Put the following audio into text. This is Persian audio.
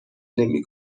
نمی